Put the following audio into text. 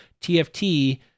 TFT